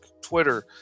Twitter